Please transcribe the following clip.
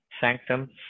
sanctum